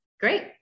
Great